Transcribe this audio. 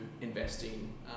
investing